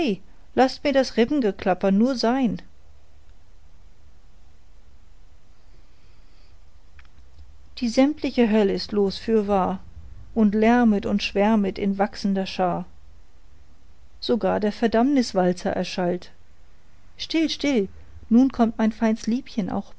laßt mir das rippengeklapper nur sein die sämtliche höll ist los fürwahr und lärmet und schwärmet in wachsender schar sogar der verdammniswalzer erschallt still still nun kommt mein feins liebchen auch